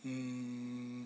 hmm